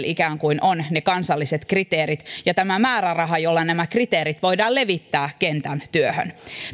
ikään kuin ensiaskel on ne kansalliset kriteerit ja tämä määräraha jolla nämä kriteerit voidaan levittää kentän työhön